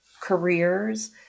careers